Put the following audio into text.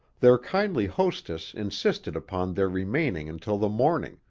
their kindly hostess insisted upon their remaining until the morning,